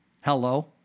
Hello